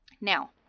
Now